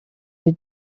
your